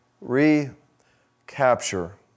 recapture